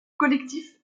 collectif